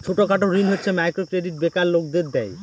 ছোট খাটো ঋণ হচ্ছে মাইক্রো ক্রেডিট বেকার লোকদের দেয়